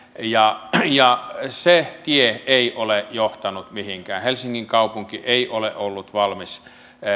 ja ja se tie ei ole johtanut mihinkään helsingin kaupunki ei ole ollut valmis